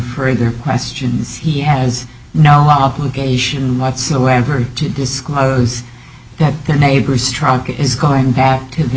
for their questions he has no obligation whatsoever to disclose that the neighbor's truck is going to the